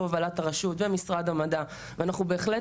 בהובלת הרשות משאד המדע ואנחנו בהחלט